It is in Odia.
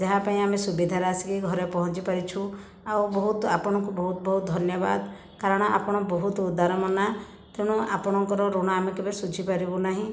ଯାହା ପାଇଁ ଆମେ ସୁବିଧାରେ ଆସିକି ଘରେ ପହଞ୍ଚିପାରିଛୁ ଆଉ ବହୁତ ଆପଣଙ୍କୁ ବହୁତ ବହୁତ ଧନ୍ୟବାଦ କାରଣ ଆପଣ ବହୁତ ଉଦାରମନା ତେଣୁ ଆପଣଙ୍କ ଋଣ ଆମେ କେବେ ସୁଝି ପାରିବୁନାହିଁ